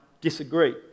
disagree